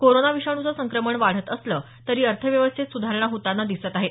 corona विषाणूचं संक्रमण वाढत असलं तरी अर्थव्यवस्थेत सुधारणा होताना दिसत आहेत